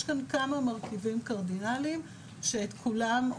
יש כאן כמה מרכיבים קרדינליים שאת כולם,